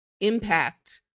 impact